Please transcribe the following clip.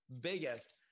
biggest